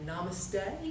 namaste